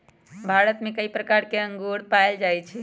भारत में कई प्रकार के अंगूर पाएल जाई छई